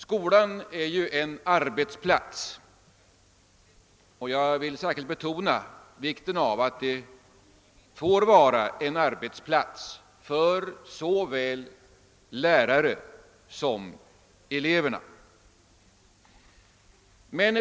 Skolan är ju en arbetsplats, och jag vill särskilt betona vikten av att den får vara det för såväl lärare som elever.